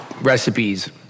recipes